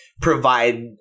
provide